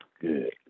Good